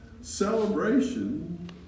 celebration